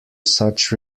such